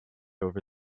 over